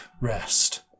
Rest